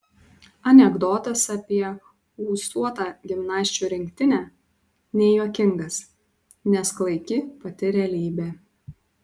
anekdotas apie ūsuotą gimnasčių rinktinę nejuokingas nes klaiki pati realybė